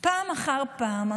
פעם אחר פעם.